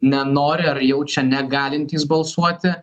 nenori ar jaučia negalintys balsuoti